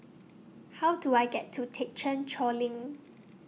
How Do I get to Thekchen Choling